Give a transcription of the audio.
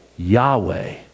Yahweh